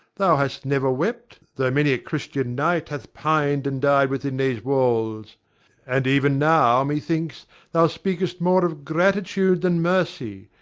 thou hast never wept, tho' many a christian knight hath pined and died within these walls and even now, methinks, thou speakest more of gratitude than mercy,